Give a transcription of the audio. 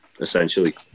essentially